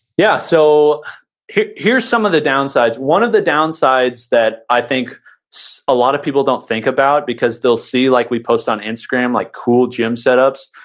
yeah, so here's here's some of the downsides. one of the downsides that i think a lot of people don't think about because they'll see like we post on instagram like cool gym setups.